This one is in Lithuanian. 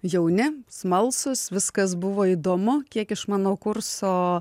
jauni smalsūs viskas buvo įdomu kiek iš mano kurso